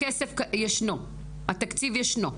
הכסף ישנו, התקציב ישנו.